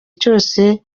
cyose